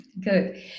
Good